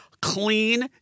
clean